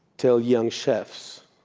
tell young chefs